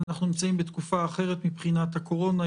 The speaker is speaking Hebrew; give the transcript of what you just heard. אנחנו נמצאים בתקופה אחרת מבחינת הקורונה,